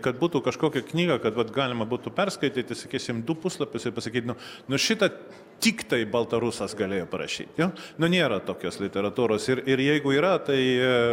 kad būtų kažkokią knygą kad vat galima būtų perskaityti sakysim du puslapius ir pasakyt nu nu šitą tiktai baltarusas galėjo parašyti nu nėra tokios literatūros ir ir jeigu yra tai